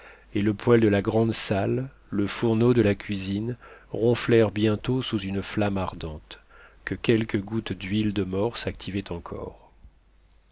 et le poêle de la grande salle le fourneau de la cuisine ronflèrent bientôt sous une flamme ardente que quelques gouttes d'huile de morse activaient encore